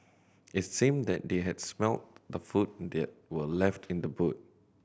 it seemed that they had smelt the food that were left in the boot